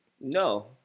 No